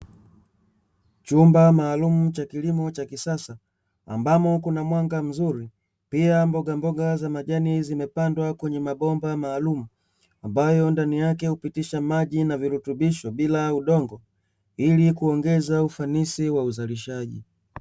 Chumba maalumu cha kilimo cha kisasa ambamo kuna mwanga mzuri, pia mbogamboga za majani zimepandwa kwenye mabomba maalumu, ambayo ndani yake hupitisha maji na virutubisho bila udongo, ili kuongeza ufanisi wa uzalishaji.